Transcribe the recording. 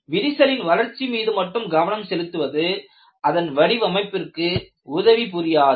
விரிசலின் வளர்ச்சி மீது மட்டும் கவனம் செலுத்துவது அதன் வடிவமைப்பிற்கு உதவி புரியாது